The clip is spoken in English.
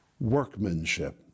workmanship